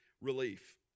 Relief